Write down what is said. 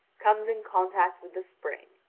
comes in contact with the spring.